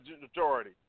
majority